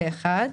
זה אחד.